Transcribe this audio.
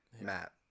Matt